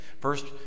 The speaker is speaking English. First